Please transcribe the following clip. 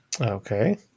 Okay